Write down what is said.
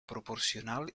proporcional